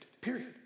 period